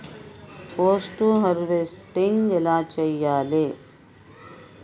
Post harvesting ఎలా చెయ్యాలే?